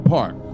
Park